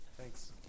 Thanks